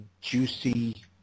juicy